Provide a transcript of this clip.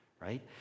right